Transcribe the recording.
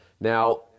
Now